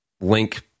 link